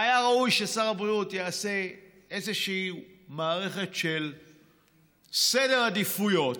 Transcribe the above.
היה ראוי ששר הבריאות יעשה איזושהי מערכת של סדר עדיפויות,